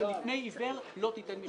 שלפני עיוור לא תיתן מכשול.